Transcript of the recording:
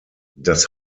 das